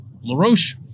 LaRoche